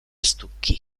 stucchi